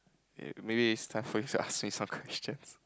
ya maybe it's time for you to ask me some questions